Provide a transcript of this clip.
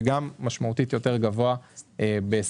שזה משמעותית יותר גבוה מב-2023.